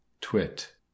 Twit